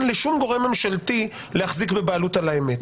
לשום גורם ממשלתי להחזיק בבעלות על האמת.